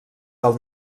del